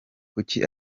kuki